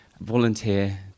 Volunteer